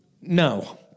No